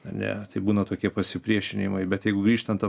ar ne tai būna tokie pasipriešinimai bet jeigu grįžtant